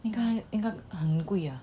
应该应该很贵 ah